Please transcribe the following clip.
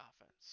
offense